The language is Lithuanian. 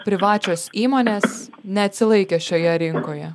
privačios įmonės neatsilaikė šioje rinkoje